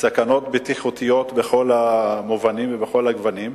סכנות בטיחותיות בכל המובנים ובכל הגוונים,